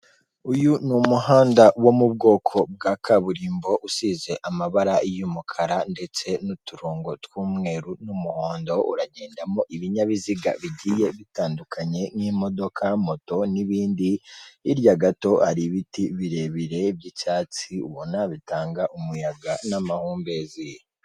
Uyu ni umuhanda wo mu bwoko bwa kaburimbo usize amabara y'umukara ndetse n'uturongo tw'umweru n'umuhondo, uragendamo ibinyabiziga bigiye bitandukanye nk'imodoka, moto n'ibindi, hirya gato hari ibiti birebire by'icyatsi ubona bitanga umuyaga n'amahumbezi.